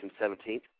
17th